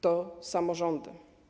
To samorządy.